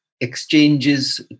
exchanges